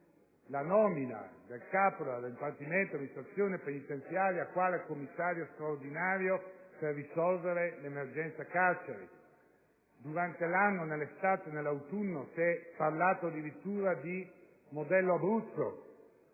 la nomina del capo del Dipartimento dell'amministrazione penitenziaria quale commissario straordinario per risolvere l'emergenza carceri. Durante l'anno, in estate e in autunno, si è parlato addirittura di modello Abruzzo,